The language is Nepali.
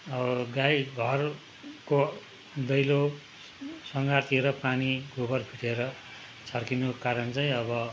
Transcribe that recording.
अब गाई घरको दैलो सँगारतिर पानी गोबर फिटेर छर्किनुको कारण चाहिँ अब